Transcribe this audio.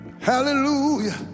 hallelujah